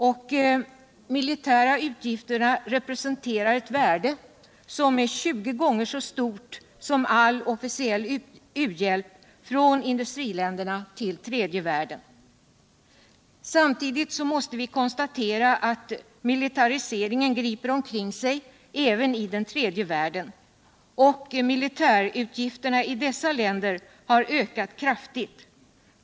De militära utgifterna representerar ett värde som är 20 gånger så stort som all officiell u-hjälp från industriländerna till tredje världen. Samtidigt måste vi konstatera att militariseringen griper omkring sig även i den tredje världen och att de militära utgifterna i dessa länder har ökat kraftigt.